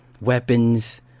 weapons